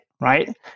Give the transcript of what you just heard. Right